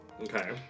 Okay